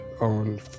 on